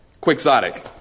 quixotic